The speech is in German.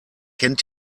kennt